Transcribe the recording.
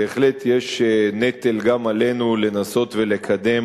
בהחלט יש נטל גם עלינו לנסות ולקדם